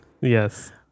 yes